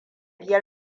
biyar